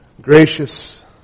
Gracious